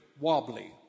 wobbly